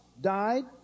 died